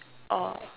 orh